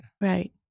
Right